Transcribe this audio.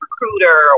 recruiter